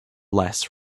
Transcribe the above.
less